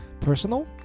personal